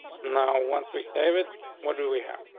now. once we save it, what do we have?